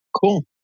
Cool